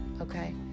okay